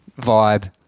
vibe